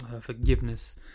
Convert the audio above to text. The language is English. forgiveness